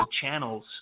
channels